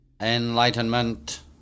Enlightenment